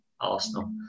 Arsenal